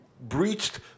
breached